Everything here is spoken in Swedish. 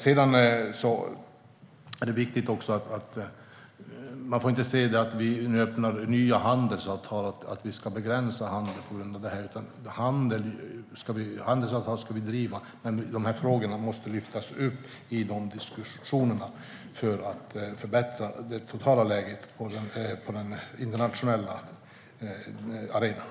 Det är också viktigt att säga att vi inte ska begränsa handeln på grund av att vi öppnar för nya handelsavtal. Handelsavtal ska vi ha, men de här frågorna måste lyftas upp i diskussionerna för att förbättra det totala läget på den internationella arenan.